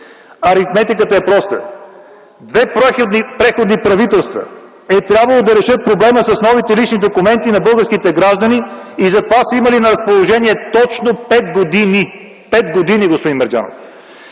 Аритметиката е проста: две преходни правителства е трябвало да решат проблема с новите лични документи на българските граждани и затова са имали на разположение точно пет години. Пет години, господин Мерджанов!